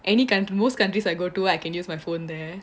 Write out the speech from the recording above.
any coun~ most countries I go to I can use my phone there